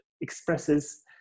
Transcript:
expresses